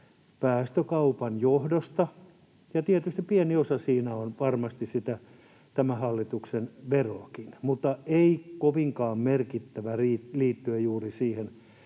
päästökaupan johdosta — ja tietysti pieni osa siinä on varmasti tämän hallituksen veroakin, mutta ei kovinkaan merkittävä — liittyen juuri siihen,